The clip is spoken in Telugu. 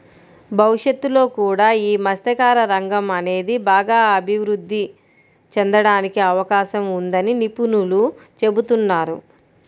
భవిష్యత్తులో కూడా యీ మత్స్యకార రంగం అనేది బాగా అభిరుద్ధి చెందడానికి అవకాశం ఉందని నిపుణులు చెబుతున్నారు